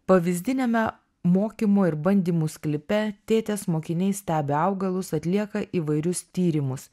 pavyzdiniame mokymo ir bandymų sklype tėtės mokiniai stebi augalus atlieka įvairius tyrimus